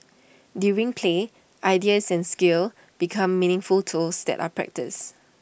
during play ideas and skills become meaningful tools that are practised